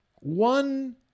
One